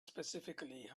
specifically